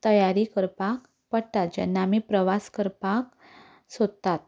तयारी करपाक पडटा जेन्ना आमीं प्रवास करपाक सोदतात